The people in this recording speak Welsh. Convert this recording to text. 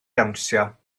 dawnsio